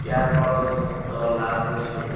ইয়াৰ পৰাও যথেষ্ট লাভ হৈছোঁ